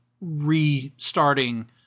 restarting